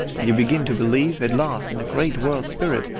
and you begin to believe at last in a great world spirit,